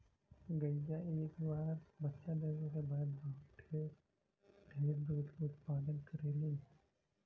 गईया एक बार बच्चा देवे क बाद बहुत ढेर दूध के उत्पदान करेलीन